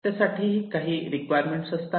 त्यासाठी काही रिक्वायरमेंट असतात